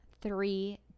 three